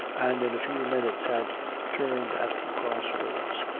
and in a few minutes had turned at the cross roads,